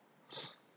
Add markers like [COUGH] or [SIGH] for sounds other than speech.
[NOISE]